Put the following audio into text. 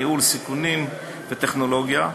ניהול סיכונים וטכנולוגיה,